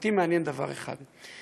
אותי מעניין דבר אחד: